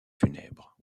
funèbre